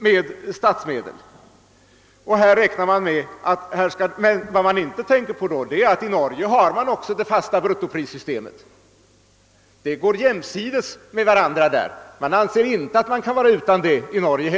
Men vad han inte nämner är att man även i Norge tillämpar systemet med fasta bruttopriser. Dessa båda företeelser förekommer där jämsides med varandra. Man anser inte heller där att man kan vara utan fasta bruttopriser.